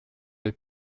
les